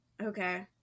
Okay